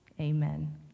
Amen